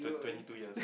twe~ twenty two years